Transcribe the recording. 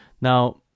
Now